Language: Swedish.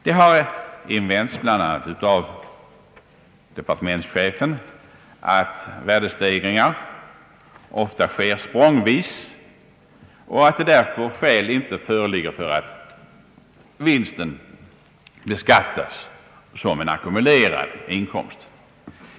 Det har invänts, bl.a. av departementschefen, att värdestegringar ofta sker språngvis och att därför skäl inte föreligger för att vinsten beskattas som en ackumulerad inkomst.